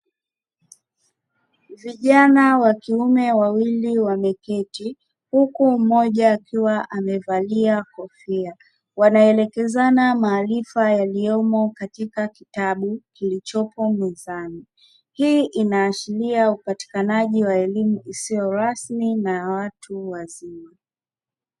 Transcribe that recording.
Vijana wa kiume wawili wameketi, huku moja akiwa amevalia kofia. Wanaelekezana maarifa yaliyomo katika kitabu kilichopo mezani; hii inaashiria upatikanaji wa elimu isiyo rasmi na watu wazima.